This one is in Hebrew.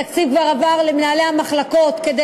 התקציב כבר עבר למנהלי המחלקות כדי